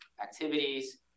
activities